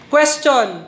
Question